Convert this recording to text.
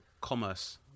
commerce